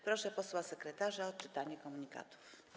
Proszę posła sekretarza o odczytanie komunikatów.